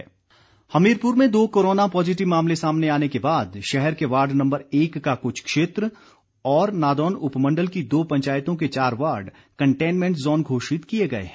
आदेश हमीरपुर में दो corona positive मामले सामने आने के बाद शहर के वार्ड नम्बर एक का क्छ क्षेत्र और नादौन उपमंडल की दो पंचायतों के चार वार्ड कन्टेनमेंट जोन घोषित किए गए हैं